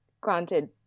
granted